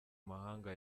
mahanga